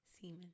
Semen